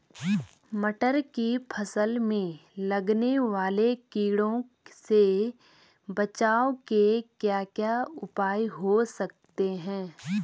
मटर की फसल में लगने वाले कीड़ों से बचाव के क्या क्या उपाय हो सकते हैं?